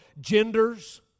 genders